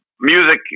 music